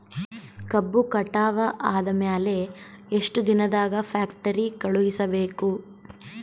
ಕಬ್ಬು ಕಟಾವ ಆದ ಮ್ಯಾಲೆ ಎಷ್ಟು ದಿನದಾಗ ಫ್ಯಾಕ್ಟರಿ ಕಳುಹಿಸಬೇಕು?